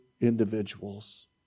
individuals